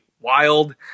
wild